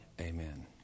amen